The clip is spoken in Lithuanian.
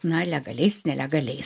na legaliais nelegaliais